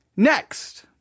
Next